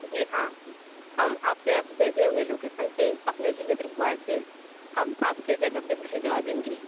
जी हाँ हम आपके भेजे हुए लोकेशन पे अपने डिलिवरी बॉय से हम आपकी जगह पे भिजवा देंगे